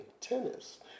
tennis